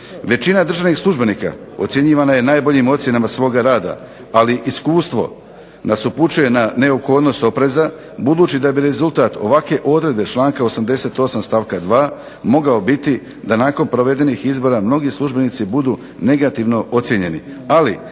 Većina državnih službenika ocjenjivana je najboljim ocjenama svoga rada, ali iskustvo nas upućuje na neophodnost opreza budući da bi rezultat ovakve odredbe članka 88. stavka 2. mogao biti da nakon provedenih izbora mnogi službenici budu negativno ocjenjeni,